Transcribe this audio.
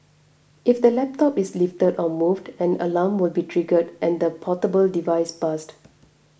if the laptop is lifted or moved an alarm will be triggered and the portable device buzzed